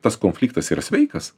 tas konfliktas yra sveikas